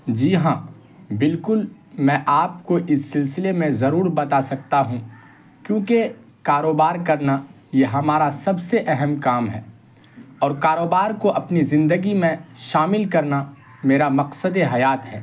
جی ہاں بالکل میں آپ کو اس سلسلے میں ضرور بتا سکتا ہوں کیونکہ کاروبار کرنا یہ ہمارا سب سے اہم کام ہے اور کاروبار کو اپنی زندگی میں شامل کرنا میرا مقصدِ حیات ہے